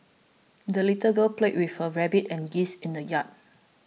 the little girl played with her rabbit and geese in the yard